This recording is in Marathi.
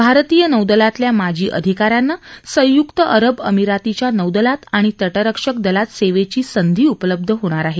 भारतीय नौदलातल्या माजी अधिका यांना संयुक्त अरब अमिरातीच्या नौदलात आणि तटरक्षक दलात सेवेची संधी उपलब्ध होणार आहेत